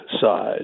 side